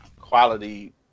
quality